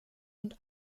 und